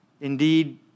Indeed